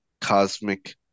cosmic